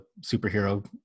superhero